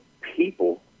people